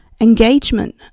Engagement